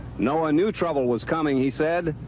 no one knew trouble was coming, he said,